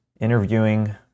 interviewing